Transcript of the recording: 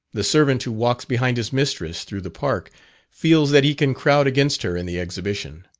the servant who walks behind his mistress through the park feels that he can crowd against her in the exhibition.